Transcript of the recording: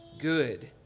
good